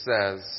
says